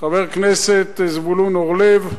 חבר הכנסת זבולון אורלב,